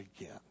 again